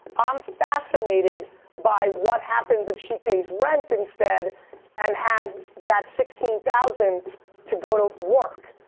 i'm fascinated by what happens if she pays rent instead and has that sixteen thousand to go to work.